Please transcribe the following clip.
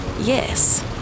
Yes